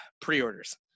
pre-orders